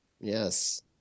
Yes